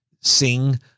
sing